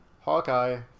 Hawkeye